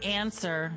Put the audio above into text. answer